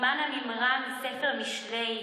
בסימן המימרה מספר משלי,